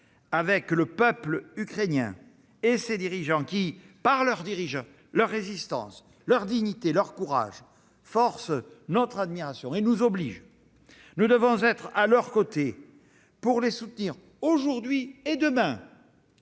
avec le peuple ukrainien et ses dirigeants, qui, par leur résistance, leur dignité, leur courage, forcent notre admiration et nous obligent. Nous devons être à leurs côtés pour les soutenir, aujourd'hui et demain,